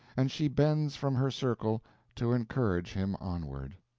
and she bends from her circle to encourage him onward.